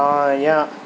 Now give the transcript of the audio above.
آیا